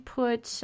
put